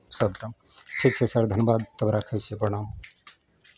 ठीक छै सर धन्यवाद तब राखै छी प्रणाम